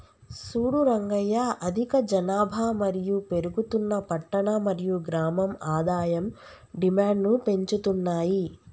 సూడు రంగయ్య అధిక జనాభా మరియు పెరుగుతున్న పట్టణ మరియు గ్రామం ఆదాయం డిమాండ్ను పెంచుతున్నాయి